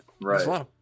Right